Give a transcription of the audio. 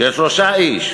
של שלושה אנשים,